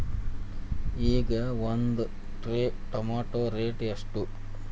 ಈಗ ಒಂದ್ tray tomato rate ಎಷ್ಟ?